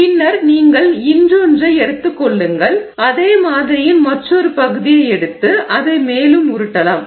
பின்னர் நீங்கள் இன்னொன்றை எடுத்துக் கொள்ளுங்கள் அதே மாதிரியின் மற்றொரு பகுதியை எடுத்து அதை மேலும் உருட்டலாம்